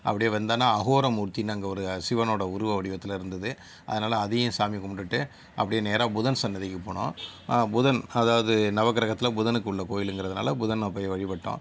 அப்படியே வந்தோன்னா அஹோர மூர்த்தின்னு அங்கே ஒரு சிவனோடய உருவ வடிவத்தில் இருந்தது அதனால் அதையும் சாமி கும்பிட்டுட்டு அப்படியே நேராக புதன் சந்நிதிக்கு போனோம் புதன் அதாவது நவக்கிரகத்தில் புதனுக்குள்ள கோயிலுங்கிறதுனால புதன் அப்படியே வழிபட்டோம்